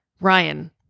Ryan